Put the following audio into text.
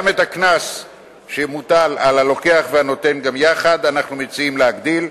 גם את הקנס שמוטל על הלוקח והנותן גם יחד אנחנו מציעים להגדיל,